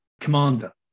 commander